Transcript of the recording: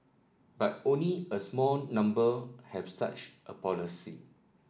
but only a small number have such a policy